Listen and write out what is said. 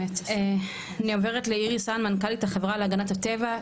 אני עוברת לאיריס האן מנכ"לית החברה להגנת הטבע,